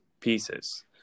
pieces